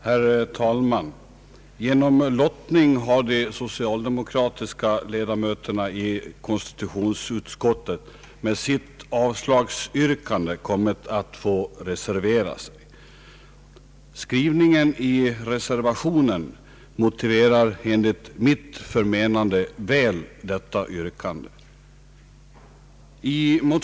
Herr talman! Genom lottning har de socialdemokratiska ledamöterna i konstitutionsutskottet med sitt avslagsyrkande fått lov att reservera sig. Skrivningen i reservationen motiverar enligt mitt förmenande väl detta yrkande.